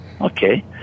Okay